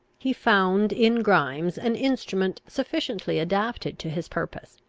he found in grimes an instrument sufficiently adapted to his purpose.